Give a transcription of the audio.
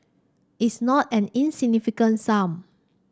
it's not an insignificant sum